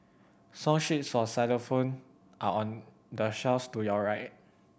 song sheets for xylophone are on the to your right